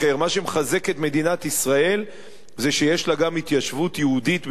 מה שמחזק את מדינת ישראל זה שיש לה גם התיישבות יהודית ביהודה